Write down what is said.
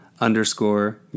underscore